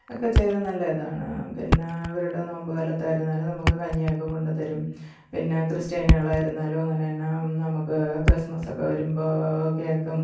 ഒക്കെ ചെയ്ത് നല്ല ഇതാണ് പിന്നെ അവരുടെ നോമ്പുകാലത്ത് ആയിരുന്നാലും നമുക്ക് കഞ്ഞിയൊക്കെ കൊണ്ടുത്തരും പിന്നെ ക്രിസ്റ്റ്യാനികളായിരുന്നാലും അങ്ങനെ തന്നെ നമുക്ക് ക്രിസ്മസ് ഒക്കെ വരുമ്പോൾ കേക്കും